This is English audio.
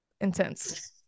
intense